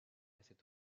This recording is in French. cette